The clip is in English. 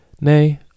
nay